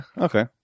Okay